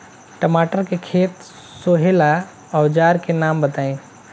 टमाटर के खेत सोहेला औजर के नाम बताई?